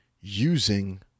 using